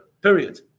period